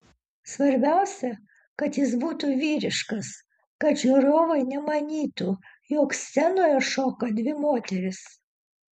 svarbiausia kad jis būtų vyriškas kad žiūrovai nemanytų jog scenoje šoka dvi moterys